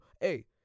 hey